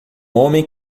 homem